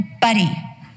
buddy